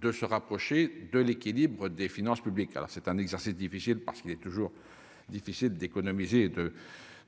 de se rapprocher de l'équilibre des finances publiques, alors c'est un exercice difficile parce qu'il est toujours difficile d'économiser et de